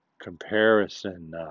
comparison